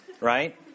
right